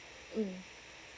mm